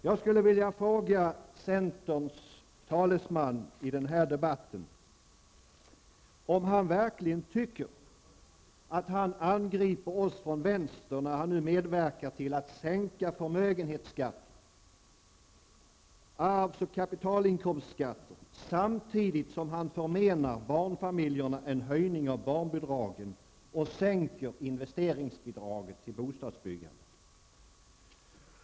Jag skulle vilja fråga centerns talesman i denna debatt, om han verkligen tycker att han angriper oss från vänster när han nu medverkar till att sänka skatten på förmögenheter, arv och kapitalinkomster samtidigt som han förmenar barnfamiljerna en höjning av barnbidragen och sänker investeringsbidraget till bostadsbyggandet.